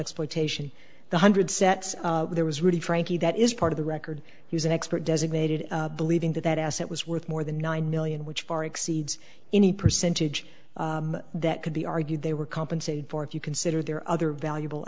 exploitation the hundred sets there was really frankly that is part of the record he was an expert designated believing that that asset was worth more than nine million which far exceeds any percentage that could be argued they were compensated for if you consider their other valuable